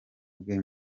bwe